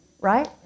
right